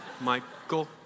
Michael